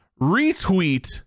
retweet